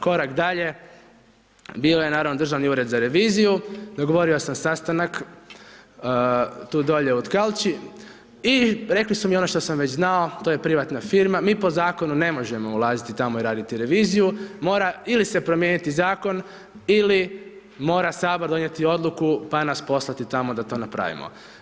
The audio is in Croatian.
Korak dalje bio je naravno Državni ured za reviziju, dogovorio sam sastanak tu dolje u Tkalči i rekli su mi ono što sam već znao, to je privatna firma, mi po zakonu ne možemo ulaziti tamo i raditi reviziju, mora ili se promijeniti zakon ili mora sabor donijeti odluku pa nas poslati tamo da to napravimo.